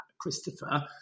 Christopher